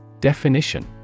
Definition